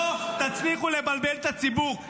לא תצליחו לבלבל את הציבור.